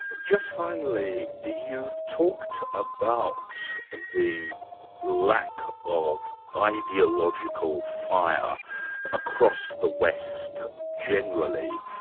just finally, you've talked about the lack of ideological fire across the west generally.